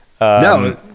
No